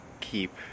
keep